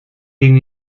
gegen